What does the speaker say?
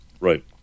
Right